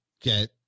get